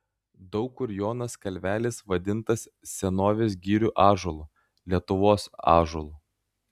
daug kur jonas kalvelis vadintas senovės girių ąžuolu lietuvos ąžuolu